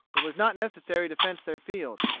it was not necessary to fence their field.